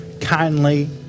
kindly